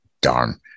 darn